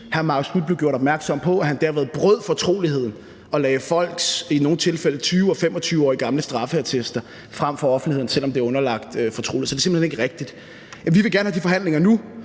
hr. Marcus Knuth blev gjort opmærksom på, at han derved brød fortroligheden ved at lægge folks i nogle tilfælde 20 og 25 år gamle straffeattester frem for offentligheden, selv om det er underlagt fortrolighed. Så det er simpelt hen ikke rigtigt. Vi vil gerne have de forhandlinger nu,